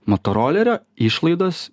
motorolerio išlaidos